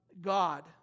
God